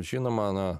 žinoma na